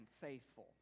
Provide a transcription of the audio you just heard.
faithful